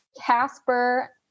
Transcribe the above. Casper